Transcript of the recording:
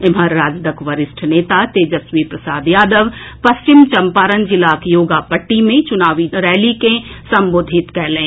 एम्हर राजदक वरिष्ठ नेता तेजस्वी प्रसाद यादव पश्चिम चंपारण जिलाक योगापट्टी मे चुनावी रैली के संबोधित कयलनि